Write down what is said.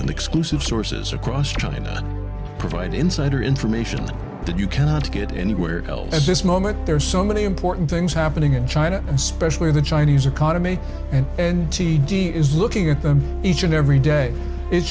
and exclusive sources across china provide insider information that you cannot get anywhere else at this moment there are so many important things happening in china especially the chinese economy and and t d is looking at them each and every day i